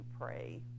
pray